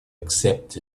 accept